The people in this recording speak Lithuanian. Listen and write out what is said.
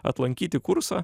atlankyti kursą